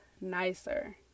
nicer